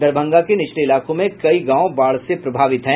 दरभंगा के निचले इलाकों में कई गांव बाढ़ से प्रभावित हैं